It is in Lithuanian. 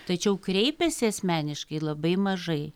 tačiau kreipiasi asmeniškai labai mažai